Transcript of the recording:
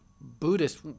Buddhist